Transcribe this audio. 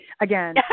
again